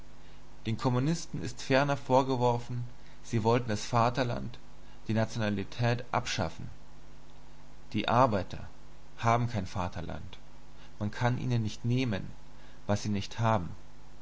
den kommunisten ist ferner vorgeworfen worden sie wollten das vaterland die nationalität abschaffen die arbeiter haben kein vaterland man kann ihnen nicht nehmen was sie nicht haben